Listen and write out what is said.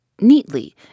Neatly